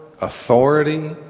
authority